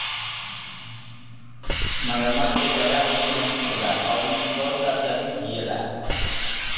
मगरमच्छ के जबड़ा बहुते मजबूत होला अउरी इ सौ साल से अधिक जिएला